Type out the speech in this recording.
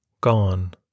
gone